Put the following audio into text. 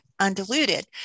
undiluted